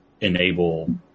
enable